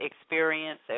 Experience